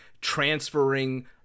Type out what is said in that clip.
transferring